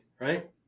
right